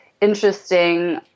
interesting